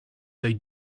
they